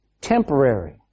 Temporary